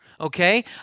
Okay